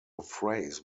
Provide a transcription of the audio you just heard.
phrase